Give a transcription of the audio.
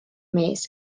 mees